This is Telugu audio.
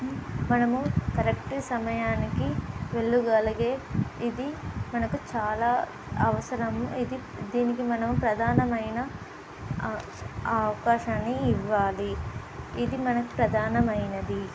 మనము కరెక్ట్ సమయానికి వెళ్ళగలిగే ఇది మనకు చాలా అవసరం ఇది దీనికి మనం ప్రధానమైన అవకాశాన్ని ఇవ్వాలి ఇది మనకు ప్రధానమైనది